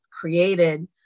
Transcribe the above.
created